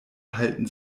halten